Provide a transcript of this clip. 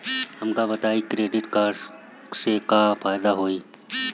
हमका बताई credit card से का फायदा होई?